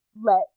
let